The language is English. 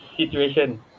situation